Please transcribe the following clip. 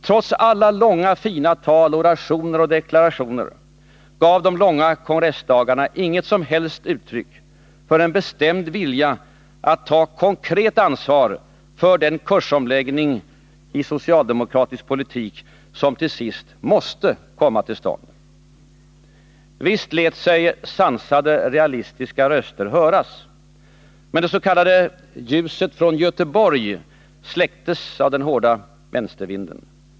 Trots alla långa fina tal, orationer och deklarationer, gav de långa kongressdagarna inget som helst uttryck för en bestämd vilja att ta konkret ansvar för den kursomläggning i socialdemokratisk politik som till sist måste komma till stånd. Visst lät sig sansade realistiska röster höras. Men det s.k. ljuset från Göteborg släcktes av den hårda vänstervinden.